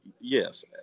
yes